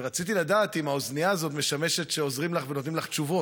ורציתי לדעת אם האוזנייה הזאת משמשת לכך שעוזרים לך ונותנים לך תשובות.